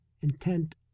intent